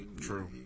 True